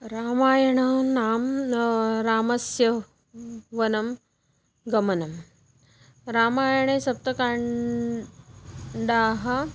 रामायणं नाम्ना रामस्य वनं गमनं रामायणे सप्तकाण्डाः